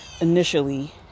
initially